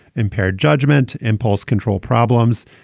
impaired judgment, impulse control problems,